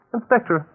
Inspector